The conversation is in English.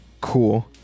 Cool